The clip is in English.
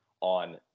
on